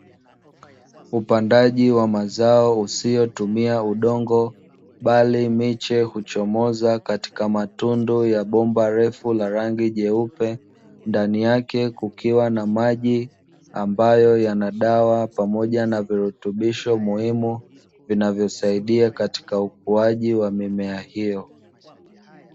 Upandaji wa mazao usiotumia udongo, bali miche huchomoza katika matundu ya bomba refu la rangi nyeupe, ndani yake kukiwa na maji ambayo yana dawa pamoja na virutubisho muhimu, vinavyosaidia katika ukuaji wa mimea hiyo.